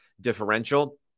differential